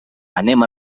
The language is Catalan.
anem